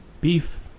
beef